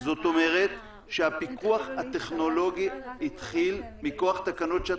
זאת אומרת שהפיקוח הטכנולוגי מכוח תקנות שעת